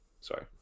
Sorry